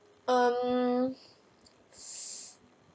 um